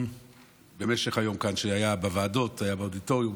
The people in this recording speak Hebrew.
שהיה כאן במשך היום בוועדות ובאודיטוריום,